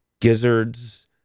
gizzards